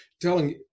telling